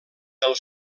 del